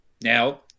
now